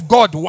God